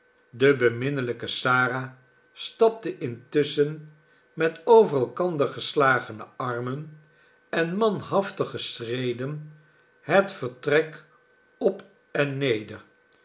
de beminnelijke sara stapte intusschen met over elkander geslagene armen en manhaftige schreden het vertrek op en neder